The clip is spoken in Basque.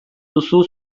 duzu